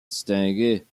distingué